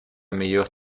meilleure